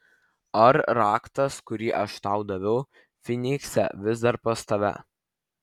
ar raktas kurį aš tau daviau fynikse vis dar pas tave